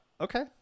okay